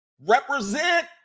represent